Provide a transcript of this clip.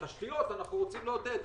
לא כל תשתית אנחנו רוצים לעודד.